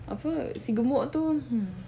apa si gemuk tu